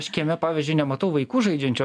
aš kieme pavyzdžiui nematau vaikų žaidžiančių